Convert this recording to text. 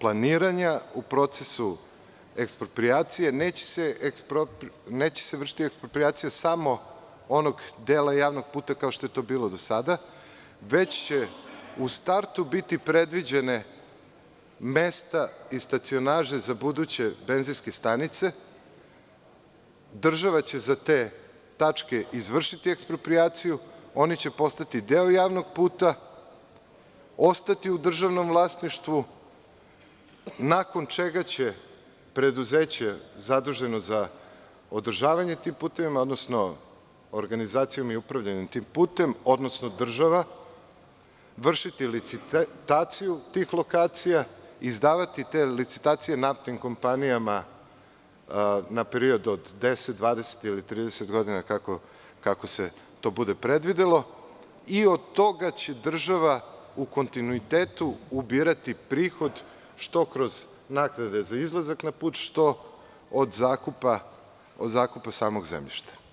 planiranja i u procesu eksproprijacije, neće se vršiti eksproprijacija samo onog dela javnog puta kao što je to bilo do sada, već će u startu biti predviđena mesta i stacionaže za buduće benzinske stanice, država će za te tačke izvršiti eksproprijaciju, oni će postati deo javnog puta, ostati u državnom vlasništvu, nakon čega će preduzeće zaduženo za održavanje tih puteva, odnosno organizaciju i upravljanje tim putem, odnosno država, vršiti licitaciju tih lokacija, izdavati te licitacije naftnim kompanijama na period od 10, 20 ili 30 godina, kako se to bude predvidelo, i od toga će država u kontinuitetu ubirati prihod, što kroz naknade za izlazak na put, što od zakupa samog zemljišta.